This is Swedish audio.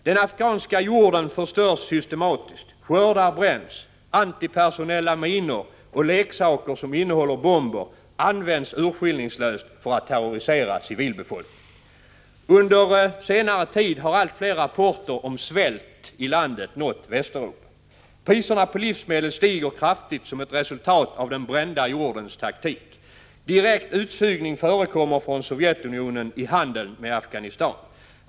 Den afghanska jorden förstörs systematiskt, skördar bränns, antipersonella minor och leksaker som innehåller bomber används urskillningslöst för att terrorisera civilbefolkningen. Under senare tid har allt fler rapporter om svält i landet nått Västeuropa. Priserna på livsmedel stiger kraftigt, som ett resultat av den brända jordens taktik. Direkt utsugning förekommer från Sovjetunionen i handeln med Afghanistan.